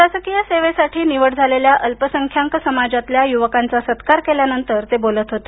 प्रशासकीय सेवेसाठी निवड झालेल्या अल्पसंख्याक समाजातल्या युवकांचा सत्कार केल्यानंतर ते बोलत होते